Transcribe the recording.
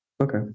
okay